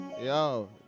Yo